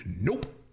Nope